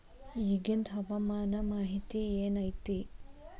ಇಗಿಂದ್ ಹವಾಮಾನ ಮಾಹಿತಿ ಏನು ಐತಿ?